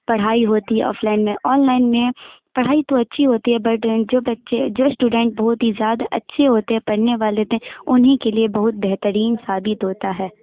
پڑھائی ہوتی offline میں آن لائن میں پڑھائی تو اچّھی ہوتی ہے بٹ اینڈ جو بچّے جو اسٹوڈنٹ بہت ہی زیادہ اچّھے ہوتے ہیں پڑھنے والے تھے انہیں کے لیے بہت بہترین ثابت ہوتا ہے